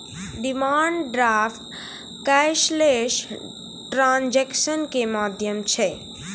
demand draft cashless transaction के माध्यम छै